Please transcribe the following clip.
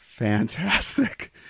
Fantastic